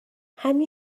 همین